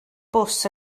bws